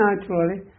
naturally